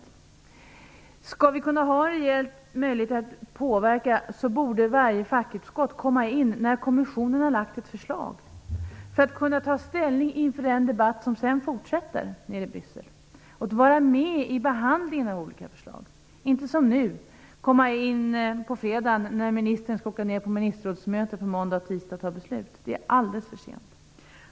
Om vi skall kunna ha en reell möjlighet att påverka borde varje fackutskott komma in när kommissionen har lagt fram ett förslag för att kunna ta ställning inför den debatt som sedan fortsätter nere i Bryssel. Vi måste kunna vara med i behandling av olika förslag och inte som nu komma in på fredagen när ministern skall åka ned på ministerrådsmöte på måndagen och tisdagen och fatta beslut. Det är alldeles för sent.